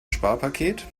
sparpaket